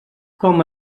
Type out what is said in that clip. com